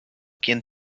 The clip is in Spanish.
quien